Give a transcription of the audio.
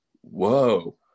whoa